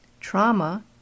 trauma